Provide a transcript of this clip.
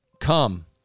come